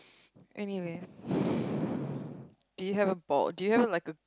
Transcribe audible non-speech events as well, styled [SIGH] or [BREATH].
anyway [BREATH] do you have a bald do you have like a